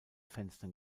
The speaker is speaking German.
fenstern